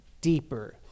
deeper